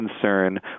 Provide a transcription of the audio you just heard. concern